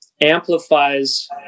amplifies